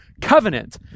covenant